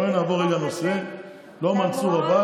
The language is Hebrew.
נכון או לא, מנסור?